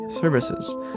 services